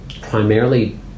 primarily